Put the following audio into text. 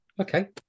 Okay